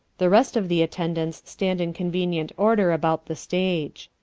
the rest of the attendants stand in conuenient order about the stage.